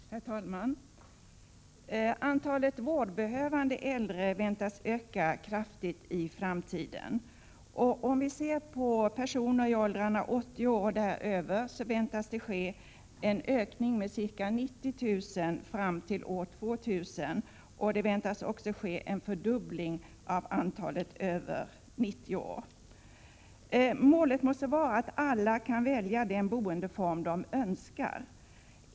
Herr talman! Antalet vårdbehövande äldre väntas öka kraftigt i framtiden. Antalet personer i åldrarna över 80 år väntas öka med ca 90 000 fram till år 2000. Vidare väntas det ske en fördubbling av antalet personer över 90 år. Målet måste vara att alla kan välja den boendeform de önskar.